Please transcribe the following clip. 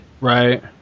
right